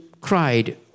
cried